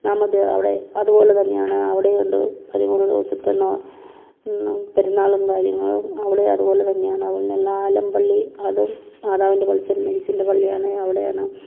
നാമദേയം അവിടെ അതുപോലെ തന്നെയാണ് അവിടെയുണ്ട് പതിമൂന്ന് ദിവസത്തെ നാ പെരുന്നാളും കാര്യങ്ങളും അവിടെ അതുപോലെ തന്നെയാണ് അതുപോലെ തന്നെ ആലം പള്ളി അതും മാതാവിൻ്റെ പള്ളിയാണ്